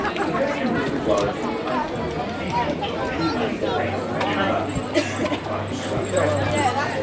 american whistleblowers can claim a percentage of any money that they help recover by exposing corrupt practices.